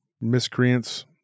miscreants